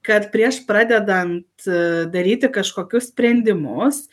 kad prieš pradedant daryti kažkokius sprendimus